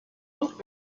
und